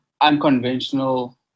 unconventional